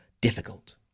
difficult